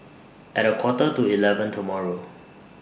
At A Quarter to eleven tomorrow